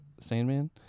Sandman